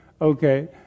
Okay